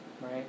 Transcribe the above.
right